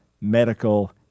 medical